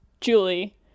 Julie